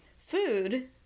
Food